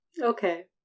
Okay